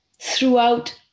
throughout